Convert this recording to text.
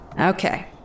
Okay